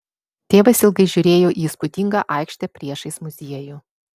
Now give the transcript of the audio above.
tėvas ilgai žiūrėjo į įspūdingą aikštę priešais muziejų